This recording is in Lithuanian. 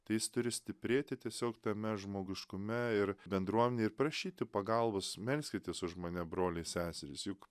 tai jis turi stiprėti tiesiog tame žmogiškume ir bendruomenėj ir prašyti pagalbos melskitės už mane broliai seserys juk